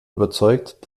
überzeugt